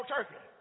Turkey